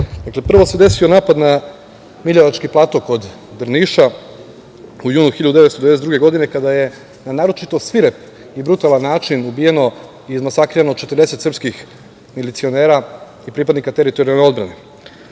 prvo se desio napad na Miljevački plato kod Drniša u julu 1992. godine kada je na naročito svirep i brutalan način ubijeno i izmasakrirano 40 srpskih milicionera i pripadnika teritorijalne odbrane. Posle